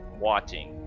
watching